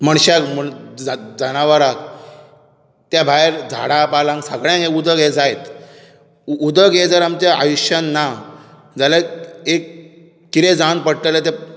मनशाक म्हूण जनावराक त्या भायर झाडां पालांक सगळ्यांक हें उदक हें जायच उदक हें जर आमच्या आयुश्यान ना जाल्यार एक कितें जावन पडटलें तें